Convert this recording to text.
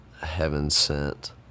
heaven-sent